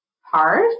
hard